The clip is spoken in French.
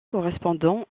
correspondants